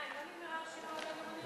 אם לא נגמרה הרשימה אולי גם אני